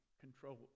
control